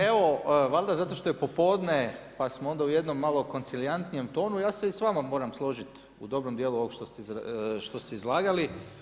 Evo, valjda zato što je popodne pa smo onda u jednom malo koncilijantnijem tonu, ja se i s vama moram složiti u dobrom dijelu ovog što ste izlagali.